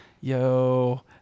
yo